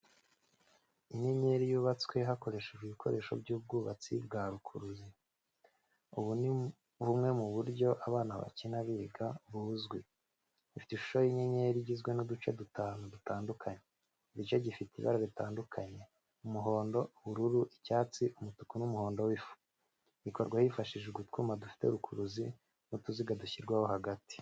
Inyenyeri yubatswe hakoreshejwe ibikoresho by’ubwubatsi bwa rukuruzi. Ubu ni bumwe mu buryo abana bakina biga, buzwi. Ifite ishusho y’inyenyeri igizwe n’uduce dutanu dutandukanye. Buri gice gifite ibara ritandukanye umuhondo, ubururu, icyatsi, umutuku n’umuhondo w’ifu. Ikorwa hifashishijwe utwuma dufite rukuruzi na utuziga dushyirwaho hagati.